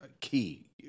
key